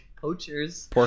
poachers